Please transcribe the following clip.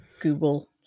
google